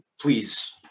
please